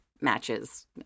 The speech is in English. matches